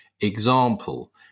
example